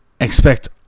Expect